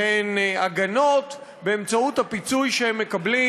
הגנות כלשהן באמצעות הפיצוי שהם מקבלים